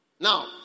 Now